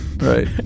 right